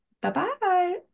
Bye-bye